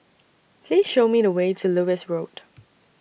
Please Show Me The Way to Lewis Road